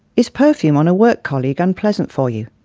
is perfume on a work colleague unpleasant for you?